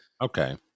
Okay